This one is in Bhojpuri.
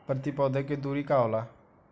प्रति पौधे के दूरी का होला?